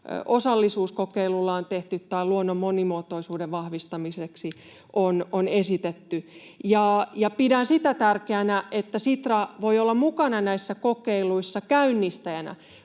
osallisuuskokeiluilla on tehty tai luonnon monimuotoisuuden vahvistamiseksi on esitetty. Pidän sitä tärkeänä, että Sitra voi olla mukana näissä kokeiluissa käynnistäjänä,